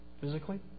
physically